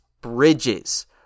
bridges